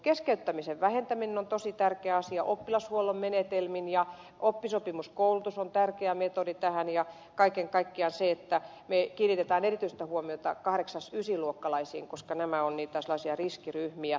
keskeyttämisen vähentäminen on tosi tärkeä asia oppilashuollon menetelmin ja oppisopimuskoulutus on tärkeä metodi tähän ja kaiken kaikkiaan se että kiinnitämme erityistä huomiota kasi ja ysiluokkalaisiin koska nämä ovat sellaisia riskiryhmiä